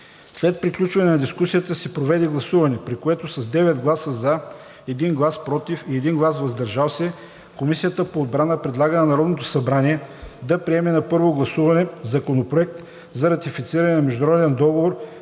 След приключване на дискусията се проведе гласуване, при което с 9 гласа „за“, 1 глас „против“ и 1 глас „въздържал се“ Комисията по отбрана предлага на Народното събрание да приеме на първо гласуване Законопроект за ратифициране на международен договор